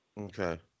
Okay